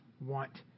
want